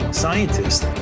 scientists